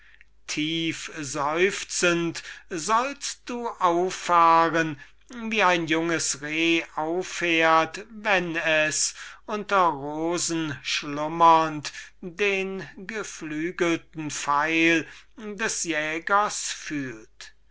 rächen tiefseufzend sollst du auffahren wie ein junges reh auffährt das unter rosen schlummernd den geflügelten pfeil des jägers fühlt